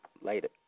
Later